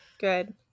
Good